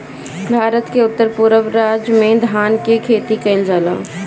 भारत के उत्तर पूरब राज में धान के खेती कईल जाला